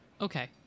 okay